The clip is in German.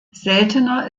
seltener